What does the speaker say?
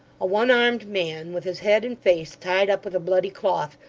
a one-armed man, with his head and face tied up with a bloody cloth,